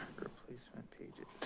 replacement pages,